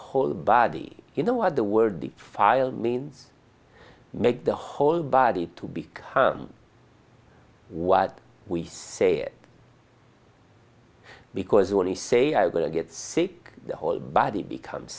whole body you know what the word file means make the whole body to become what we say it because when we say i will get sick the whole body becomes